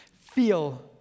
Feel